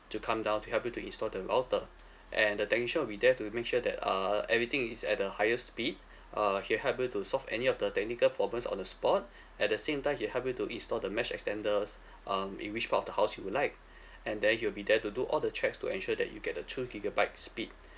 to come down to help you to install the router and the technician will be there to make sure that uh everything is at the higher speed uh he'll help you to solve any of the technical problems on the spot at the same time he'll help you to install the mesh extenders um in which part of the house you would like and then he will be there to do all the checks to ensure that you get the two gigabyte speed